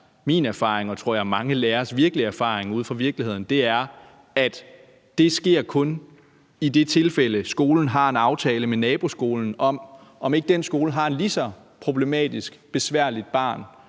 der er min og mange læreres virkelige erfaring ude fra virkeligheden, tror jeg, er, at det kun sker i det tilfælde, hvor skolen har en aftale med naboskolen om, om ikke den skole har et lige så problematisk og besværligt barn,